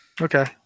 Okay